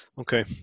Okay